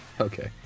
Okay